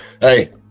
hey